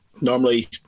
normally